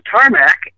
tarmac